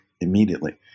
immediately